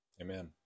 amen